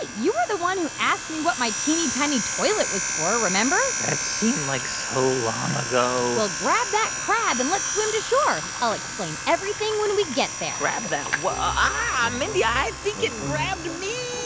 you were the one who asked me what my teeny, tiny toilet was for, remember? that seemed like so long ago well, grab that crab, and let's swim to shore. i'll explain everything when we get there grab that ah, mindy, i think it grabbed me